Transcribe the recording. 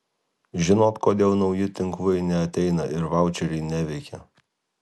žinot kodėl nauji tinklai neateina ir vaučeriai neveikia